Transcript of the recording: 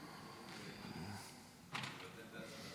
אני אתן לך שלוש דקות.